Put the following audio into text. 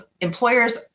employers